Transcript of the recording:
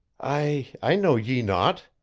i. i know ye not.